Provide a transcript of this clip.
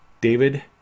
david